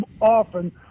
often